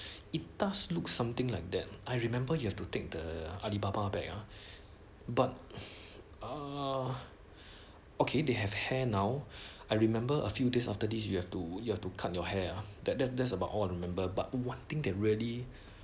it does look something like that I remember you have to take the ali baba bag ah but ah okay they have hair now I remember a few days after this you have to you have to cut your hair ah that that's about all I remember but one thing that really